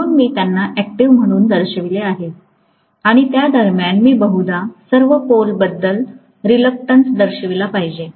म्हणून मी त्यांना अडिटीव म्हणून दर्शविले आहे आणि त्या दरम्यान मी बहुदा सर्व पोलबद्दल रिलक्टंस दर्शविला पाहिजे